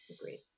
Agreed